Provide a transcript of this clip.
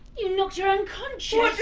you knocked her unconscious!